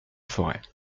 forêt